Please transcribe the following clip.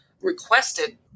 requested